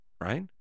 right